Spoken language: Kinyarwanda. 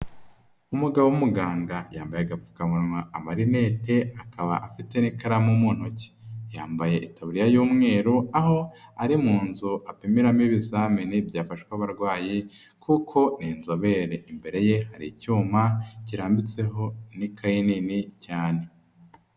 Umugabo w'umuganga yambaye agapfukamunwa, amarinete, akaba afite n'ikaramu mu ntoki. Yambaye ikabu y'umweru, aho ari mu nzu apimiramo ibizame byafawe abarwayi kuko inzobere, imbere ye hari icyuma kirambitseho n'ikayi nini cyane.